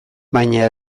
baina